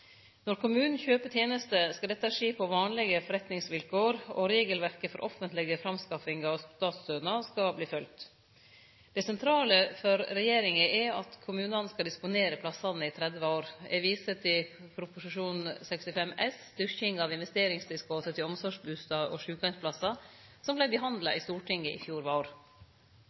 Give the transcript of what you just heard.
Når kommunen kjøper tenester, skal dette skje på vanlege forretningsvilkår, og regelverka for offentlege framskaffingar og statsstønad skal verte følgde. Det sentrale for regjeringa er at kommunen skal disponere plassane i 30 år. Eg viser til Prop. 65 S for 2010–2011, Styrking av investeringstilskotet til omsorgsbustader og sjukeheimsplassar, som vart behandla i Stortinget i fjor vår.